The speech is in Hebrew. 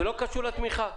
זה לא קשור לתמיכה.